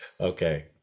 Okay